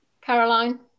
Caroline